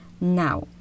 now